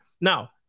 Now